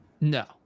No